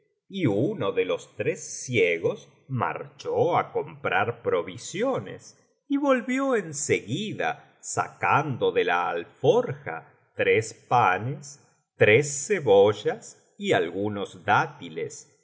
y uno de los tres ciegos marchó á comprar provisiones y volvió en seguida sacando de la alforja tres panes tres cebo lias y algunos dátiles